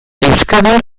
euskadin